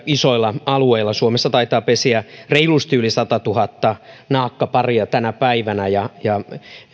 isolla alueella suomessa taitaa pesiä reilusti yli satatuhatta naakkaparia tänä päivänä ja ja